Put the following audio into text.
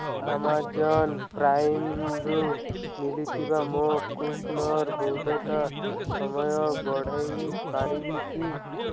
Amazon ପ୍ରାଇମ୍ରୁ ମିଳିଥିବା ମୋ କୁପନ୍ର ବୈଧତା ସମୟ ବଢ଼ାଇ ପାରିବି କି